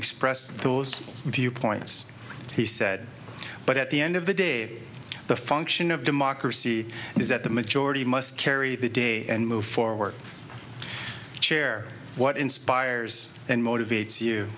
express those viewpoints he said but at the end of the day the function of democracy is that the majority must carry the day and move forward chair what inspires and motivates you